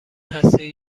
هستید